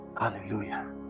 hallelujah